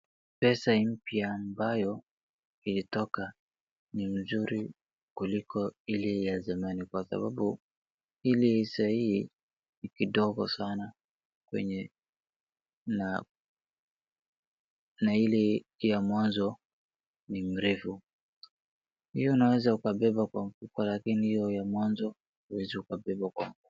Pesa mpya ambayo ilitoka ni nzuri kuliko ile ya zamani kwa sababu ile ya saa hii ni kidogo sana kwenye nao na ile ya mwanzo ni mrefu. Hiyo unaweza kuwabeba kwa mfuko lakini hiyo ya mwanzo huwezi ukabeba kwa mfuko.